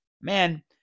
man